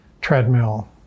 treadmill